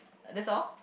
that's all